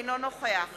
אינו נוכח